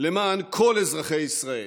למען כל אזרחי ישראל,